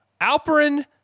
Alperin